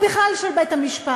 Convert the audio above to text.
או בכלל של בית-המשפט,